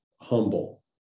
humble